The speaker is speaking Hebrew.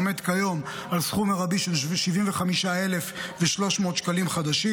העומד כיום על סכום מרבי של 75,300 שקלים חדשים.